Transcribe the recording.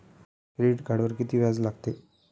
Credit कार्डवर किती व्याज लागते?